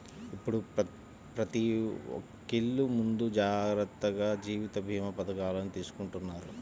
ఇప్పుడు ప్రతి ఒక్కల్లు ముందు జాగర్తగా జీవిత భీమా పథకాలను తీసుకుంటన్నారు